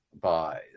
buys